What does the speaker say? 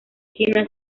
china